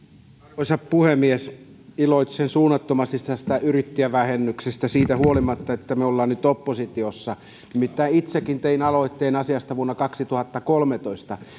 arvoisa puhemies iloitsen suunnattomasti tästä yrittäjävähennyksestä siitä huolimatta että me olemme nyt oppositiossa nimittäin itsekin tein aloitteen asiasta vuonna kaksituhattakolmetoista